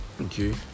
okay